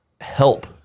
help